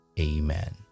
Amen